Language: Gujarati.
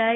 આઈ